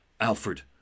Alfred